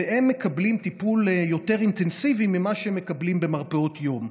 והם מקבלים טיפול יותר אינטנסיבי ממה שהם מקבלים במרפאות יום.